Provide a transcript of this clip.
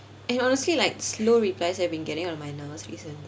and honestly like slow replies have been getting on my nerves recently